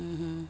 mmhmm